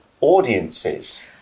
audiences